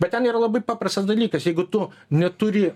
bet ten yra labai paprastas dalykas jeigu tu neturi